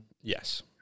yes